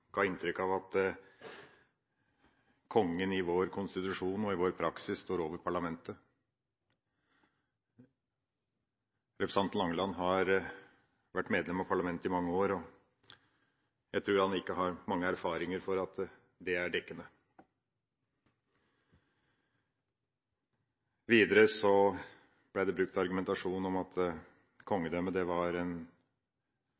ga inntrykk av at kongen i vår konstitusjon og i vår praksis står over parlamentet. Representanten Langeland har vært medlem av parlamentet i mange år, og jeg tror ikke han har mange erfaringer for at det er dekkende. Videre ble det brukt som argumentasjon at